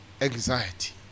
anxiety